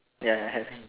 ya I have